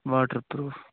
water proof